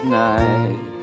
night